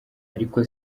ariko